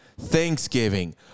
Thanksgiving